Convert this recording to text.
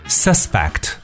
suspect